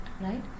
Right